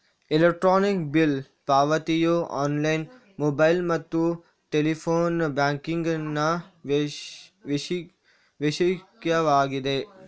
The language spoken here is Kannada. ಎಲೆಕ್ಟ್ರಾನಿಕ್ ಬಿಲ್ ಪಾವತಿಯು ಆನ್ಲೈನ್, ಮೊಬೈಲ್ ಮತ್ತು ಟೆಲಿಫೋನ್ ಬ್ಯಾಂಕಿಂಗಿನ ವೈಶಿಷ್ಟ್ಯವಾಗಿದೆ